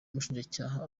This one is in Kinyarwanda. umushinjacyaha